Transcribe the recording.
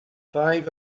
five